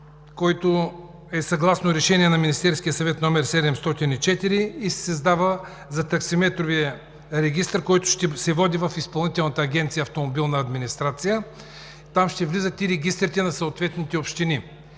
който е съгласно Решение № 704 на Министерския съвет. Той се създава за таксиметровия регистър и ще се води в Изпълнителна агенция „Автомобилна администрация“. Там ще влизат и регистрите на съответните общини.